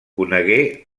conegué